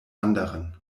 anderen